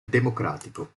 democratico